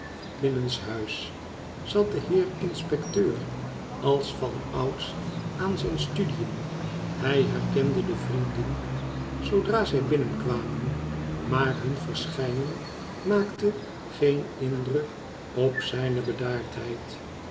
binnenshuis zat de heer inspecteur als vanouds aan zijne studiën hij herkende de vrienden zoodra zij binnenkwamen maar hun verschijnen maakte geen inbreuk op zijne